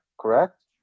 correct